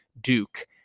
Duke